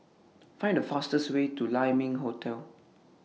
Find The fastest Way to Lai Ming Hotel